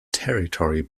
territory